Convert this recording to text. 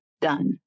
done